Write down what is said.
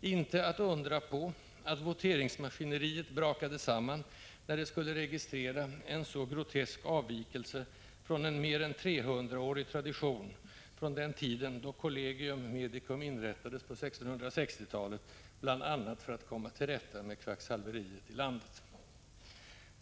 Inte att undra på att voteringsmaskineriet brakade samman när det skulle registrera en så grotesk avvikelse från en mer än trehundraårig tradition, från den tid då Collegium medicum inrättades på 1660-talet, bl.a. för att komma till rätta med kvacksalveriet i landet.